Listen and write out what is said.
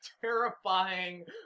terrifying